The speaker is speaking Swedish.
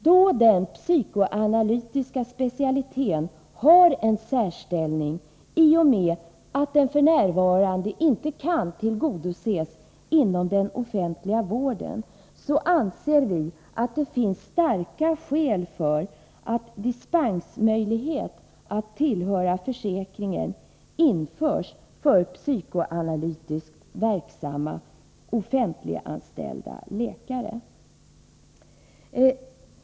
Då den psykoanalytiska specialiteten har en särställning, i och med att den f.n. inte kan tillgodoses inom den offentliga vården, anser vi att det finns starka skäl för att dispensmöjlighet att tillhöra försäkringen införs för psykoanalytiskt verksamma, offentliganställda läkare.